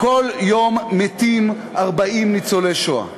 כל יום מתים 40 ניצולי שואה.